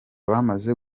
bamaze